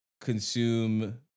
consume